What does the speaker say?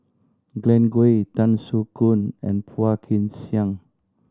Glen Goei Tan Soo Khoon and Phua Kin Siang